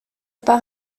par